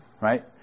right